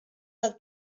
del